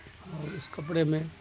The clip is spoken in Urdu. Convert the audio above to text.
اور اس کپڑے میں